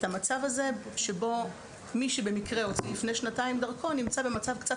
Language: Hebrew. המצב הזה שבו מי שבמקרה הוציא לפני שנתיים דרכון נמצא במצב קצת